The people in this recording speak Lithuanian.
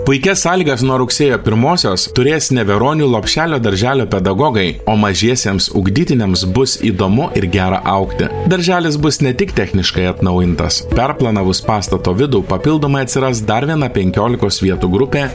puikias sąlygas nuo rugsėjo pirmosios turės neveronių lopšelio darželio pedagogai o mažiesiems ugdytiniams bus įdomu ir gera augti darželis bus ne tik techniškai atnaujintas perplanavus pastato vidų papildomai atsiras dar viena penkiolikos vietų grupė